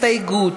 אוסאמה סעדי,